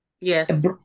yes